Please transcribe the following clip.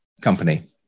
company